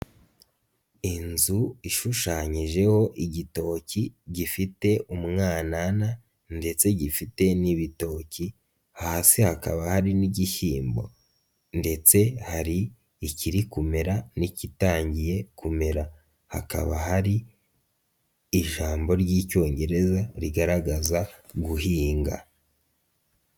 Inzu ishushanyijeho igitoki gifite umwanana ndetse gifite n'ibitoki hasi hakaba hari n'igishyimbo ndetse hari ikiri kumera n'ikitangiye kumera, hakaba hari ijambo ry'Icyongereza rigaragaza guhinga.